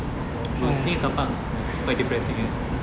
it was near carpark like quite depressing right